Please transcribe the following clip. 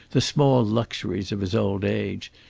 the small luxuries of his old age,